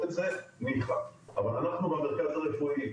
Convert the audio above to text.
את זה - ניחא; אבל אנחנו במרכז הרפואי,